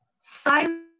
Silent